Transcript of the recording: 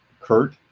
Kurt